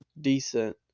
decent